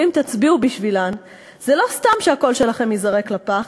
אבל אם תצביעו בשבילן זה לא סתם שהקול שלכם ייזרק לפח,